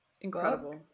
incredible